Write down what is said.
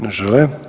Ne žele.